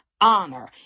honor